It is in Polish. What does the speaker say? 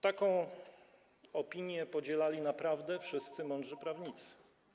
Taką opinię podzielali naprawdę wszyscy mądrzy prawnicy.